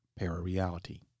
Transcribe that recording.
Parareality